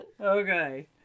Okay